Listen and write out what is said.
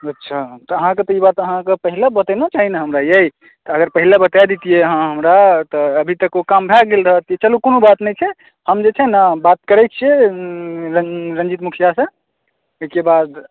अच्छा तऽ अहाँकेँ ई बात अहाँ एक़रा पहिले बतेनाइ चाही ने हमरा यै तऽ अगर पहिले बता देतियै अहाँ हमरा तऽ अभी तक ओ काम भए गेल रहतियै चलूँ कोनो बात नहि छै हम जे छै ने बात करैत छियै रञ्जित मुखिआसंँ एहिके बाद